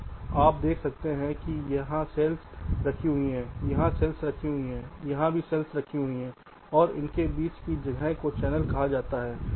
तो आप देख सकते हैं कि यहां सेल्स रखी गई हैं यहां सेल्स रखी गई हैं यहां सेल्स रखी गई हैं और इसके बीच की जगह को चैनल कहा जाता है